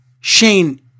Shane